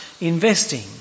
investing